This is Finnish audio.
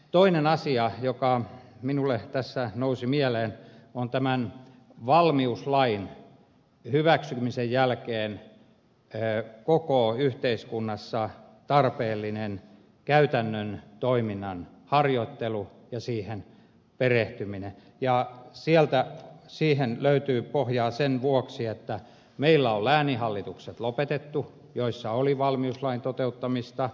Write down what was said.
toinen asia joka minulle tässä nousi mieleen on valmiuslain hyväksymisen jälkeen koko yhteiskunnassa tarpeellinen käytännön toiminnan harjoittelu ja siihen perehtyminen ja siihen löytyy pohjaa sen vuoksi että meillä on lopetettu lääninhallitukset joissa oli valmiuslain toteuttamista